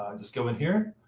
um just go in here.